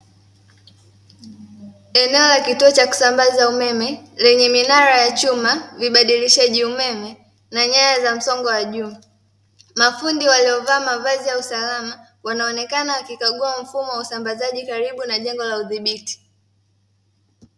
Eneo la kituo cha kusambaza umeme lenye minara ya chuma libadilishaji umeme lenyewe linamsongo wa juu. Mafundi waliovaa mavazi ya usalama wanaonekana wakikagua mfumo wausambazaji karibu na jengo la udhibiti.